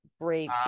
great